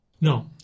No